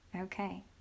okay